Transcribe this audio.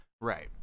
right